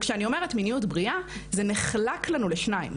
כשאני אומרת מיניות בריאה זה נחלק לנו לשניים,